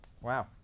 Wow